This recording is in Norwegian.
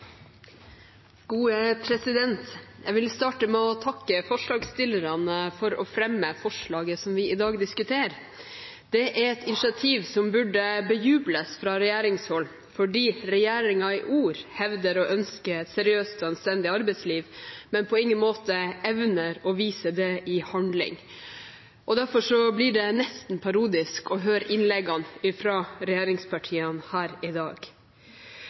Jeg vil starte med å takke forslagsstillerne for å fremme forslaget som vi i dag diskuterer. Det er et initiativ som burde bejubles fra regjeringshold, fordi regjeringen i ord hevder å ønske et seriøst og anstendig arbeidsliv, men på ingen måte evner å vise det i handling. Derfor blir det nesten parodisk å høre innleggene fra regjeringspartiene her i dag,